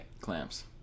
Clamps